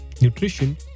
nutrition